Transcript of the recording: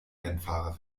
rennfahrer